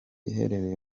iherereye